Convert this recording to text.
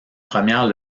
premières